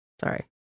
sorry